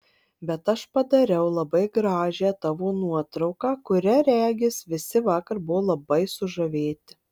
bet aš padariau labai gražią tavo nuotrauką kuria regis visi vakar buvo labai sužavėti